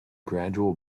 gradual